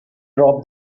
dropped